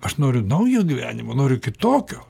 aš noriu naujo gyvenimo noriu kitokio